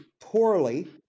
poorly